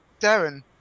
Darren